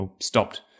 stopped